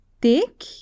Dick